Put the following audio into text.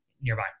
nearby